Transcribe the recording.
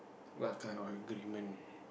what kind of agreement